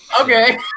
Okay